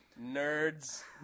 Nerds